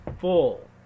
full